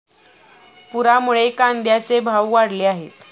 पुरामुळे कांद्याचे भाव वाढले आहेत